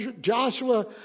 Joshua